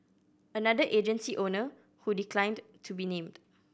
another agency owner who declined to be named